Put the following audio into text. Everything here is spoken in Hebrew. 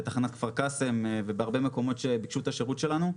בתחנת כפר קאסם ובהרבה מקומות שביקשו את השירות שלנו,